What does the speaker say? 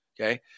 Okay